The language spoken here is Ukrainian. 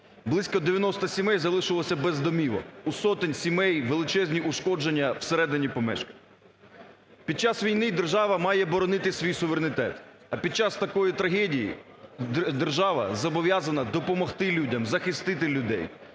близько 90 сімей залишилося без домівок, у сотень сімей величезні ушкодження всередині помешкання. Під час війни держава має боронити свій суверенітет, а під час такої трагедії держава зобов'язана допомогти людям захистити людей,